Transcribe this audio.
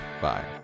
bye